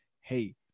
hey